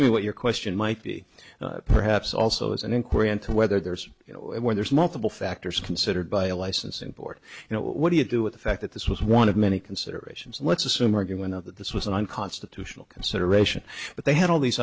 to me what your question might be perhaps also is an inquiry into whether there's you know when there's multiple factors considered by a licensing board you know what do you do with the fact that this was one of many considerations let's assume argument of that this was an unconstitutional consideration but they had all these